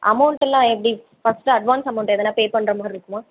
அமௌன்ட்டெல்லாம் எப்படி first advance amount எதுனா pay பண்ணுற மாதிரிருக்குமா